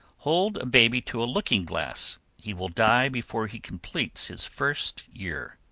hold a baby to a looking-glass, he will die before he completes his first year.